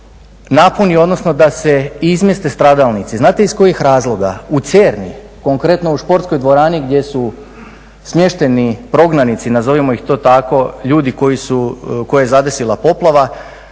napuni, odnosno da se izmjeste stradalnici. Znate iz kojih razloga? U Cerni, konkretno u športskoj dvorani gdje su smješteni prognanici, nazovimo ih tako, ljudi koje je zadesila poplava,